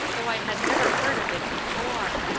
though i had never heard of it before.